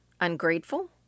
ungrateful